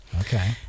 Okay